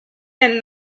and